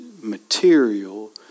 material